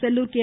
Sellur K